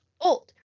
old